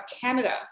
Canada